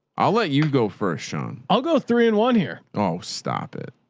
i'll let you go first. shawn, i'll go three and one here. oh, stop it.